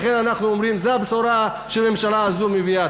לכן אנחנו אומרים שזאת הבשורה שהממשלה הזאת מביאה.